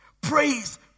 Praise